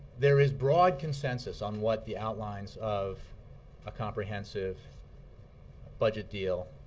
there is broad consensus on what the outlines of a comprehensive budget deal